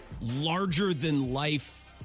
larger-than-life